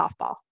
softball